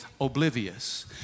oblivious